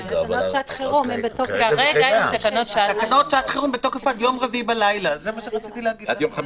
מבחינת משרד הבריאות, בוודאי שאין שום בעיה מבחינת